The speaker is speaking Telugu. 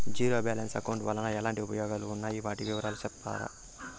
జీరో బ్యాలెన్స్ అకౌంట్ వలన ఎట్లాంటి ఉపయోగాలు ఉన్నాయి? వాటి వివరాలు సెప్తారా?